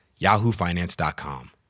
yahoofinance.com